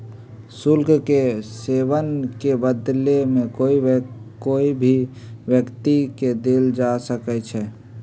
शुल्क के सेववन के बदले में कोई भी व्यक्ति के देल जा सका हई